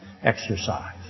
Exercise